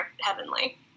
heavenly